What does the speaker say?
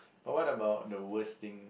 but what about the worse thing